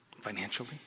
financially